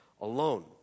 alone